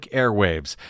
airwaves